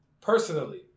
Personally